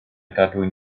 gadwyn